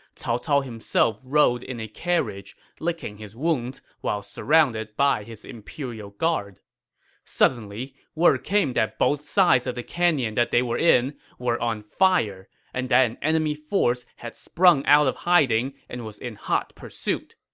cao cao himself rode in a carriage, licking his wounds while surrounded by his imperial guard suddenly, word came that both sides of the canyon they were in were on fire, and that an enemy force had sprung out of hiding and was in hot pursuit.